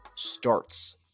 starts